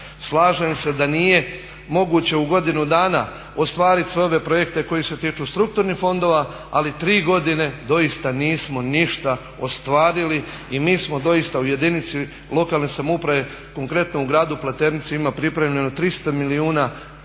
Slažem se da nije moguće u godinu dana ostvarit sve ove projekte koji se tiču strukturnih fondova, ali tri godine doista nismo ništa ostvarili i mi smo doista u jedinici lokalne samouprave, konkretno u gradu Pleternici ima pripremljeno 300 milijuna projekata,